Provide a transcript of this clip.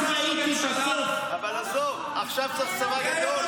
אז ראיתי --- אבל עזוב, עכשיו צריך צבא גדול.